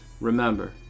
Remember